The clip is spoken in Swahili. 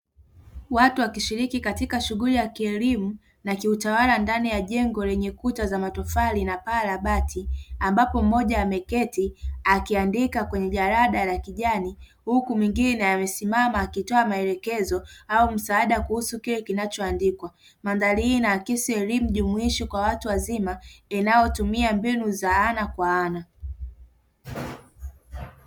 Watu wakishiriki katika shughuli ya kielimu na kiutawala ndani ya jengo lenye kuta za matofali na paa la bati, ambapo mmoja ameketi akiandika kwenye jalada la kijani, huku mwingine amesimama akitoa maelekezo au msaada kuhusu kile kinachoandikwa. Mandhari hii inaakisi elimu jumuishi kwa watu wazima inayotumia mbinu za ana kwa ana.